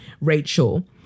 Rachel